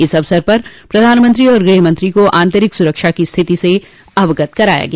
इस अवसर पर प्रधानमंत्री और गृहमंत्री को आंतरिक सुरक्षा की स्थिति से अवगत कराया गया